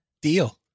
Deal